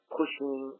pushing